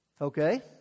Okay